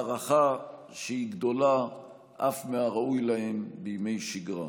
הערכה שהיא גדולה אף מהראוי להם בימי שגרה.